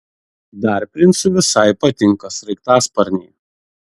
dar princui visai patinka sraigtasparniai